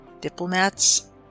diplomats